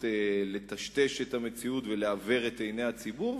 לטשטש את המציאות ולעוור את עיני הציבור,